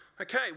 Okay